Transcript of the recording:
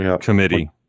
Committee